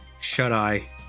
shut-eye